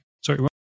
Sorry